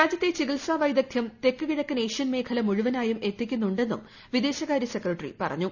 രാജ്യത്തെ ചികിത്സാ വൈദഗ്ധ്യം തെക്ക് കിഴക്കൻ ഏഷ്യൻ മേഴ്പൂല് മുഴുവനായും എത്തിക്കുന്നുണ്ടെന്നും വ്വീദ്ദേശ്കാരൃ സെക്രട്ടറി പറഞ്ഞു